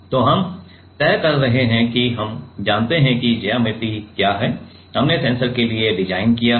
तो हम तय कर रहे हैं कि हम जानते हैं कि ज्यामिति क्या है हमने सेंसर के लिए डिज़ाइन किया है